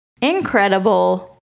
incredible